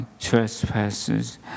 trespasses